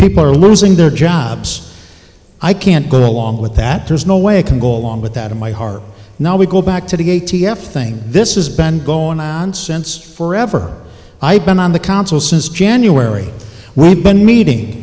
people are losing their jobs i can't go along with that there's no way i can go along with that in my heart now we go back to the a t f thing this is been going on since forever i've been on the council since january we've been meeting